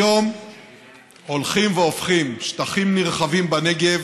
היום הולכים והופכים שטחים נרחבים בנגב